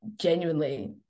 genuinely